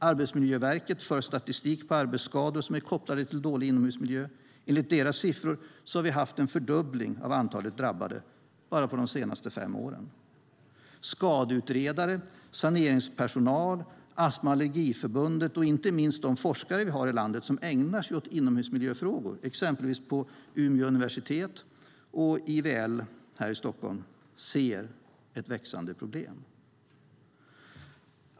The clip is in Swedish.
Arbetsmiljöverket för statistik på arbetsskador som är kopplade till dålig inomhusmiljö. Enligt deras siffror har det varit en fördubbling av antalet drabbade bara de senaste fem åren. Skadeutredare, saneringspersonal, Astma och allergiförbundet och inte minst de forskare vi har i landet som ägnar sig åt inomhusmiljöfrågor, exempelvis på Umeå universitet och IVL här i Stockholm, ser ett växande problem.